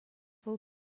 вӑл